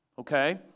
okay